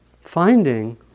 finding